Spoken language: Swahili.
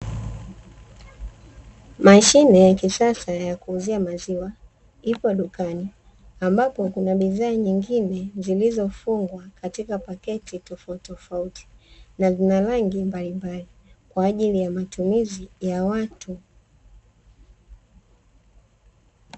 Mashine ya kisasa ya kuuzia maziwa ipo dukani; ambapo kuna bidhaa nyingine zilizofungwa katika pakiti tofautitofauti na zina rangi mbalimbali kwa ajili ya matumizi ya watu.